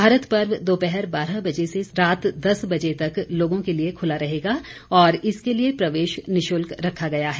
भारत पर्व दोपहर बारह बजे से रात दस बजे तक लोगों के लिए खुला रहेगा और इसके लिए प्रवेश निःशुल्क रखा गया है